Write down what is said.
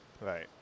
right